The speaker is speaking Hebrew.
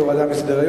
זה הורדה מסדר-היום.